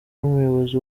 n’umuyobozi